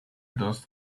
does